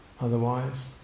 otherwise